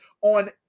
on